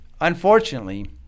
Unfortunately